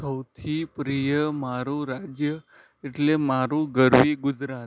સૌથી પ્રિય મારું રાજ્ય એટલે મારું ગરવી ગુજરાત